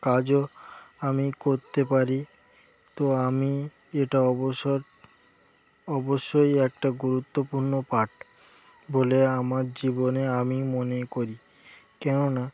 কাজও আমি করতে পারি তো আমি এটা অবসর অবশ্যই একটা গুরুত্বপূর্ণ পাঠ বলে আমার জীবনে আমি মনে করি কেননা